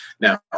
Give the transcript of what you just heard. Now